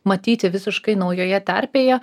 matyti visiškai naujoje terpėje